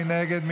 מי נגד?